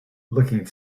looking